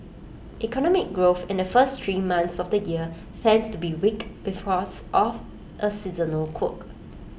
economic growth in the first three months of the year tends to be weak because of A seasonal quirk